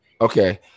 Okay